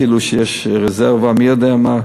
כאילו שיש רזרבה מי יודע מה,